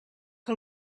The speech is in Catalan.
que